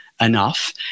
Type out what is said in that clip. enough